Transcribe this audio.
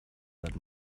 that